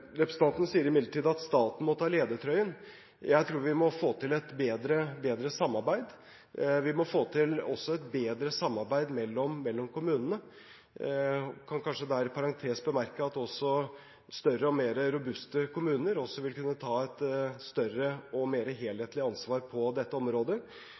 Representanten sier imidlertid at staten må ta ledertrøyen. Jeg tror vi må få til et bedre samarbeid. Vi må også få til et bedre samarbeid mellom kommunene. Jeg kan kanskje der i parentes bemerke at også større og mer robuste kommuner vil kunne ta et større og mer helhetlig ansvar på dette området.